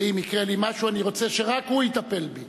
ואם יקרה לי משהו אני רוצה שרק הוא יטפל בי.